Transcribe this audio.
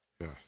Yes